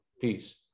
Peace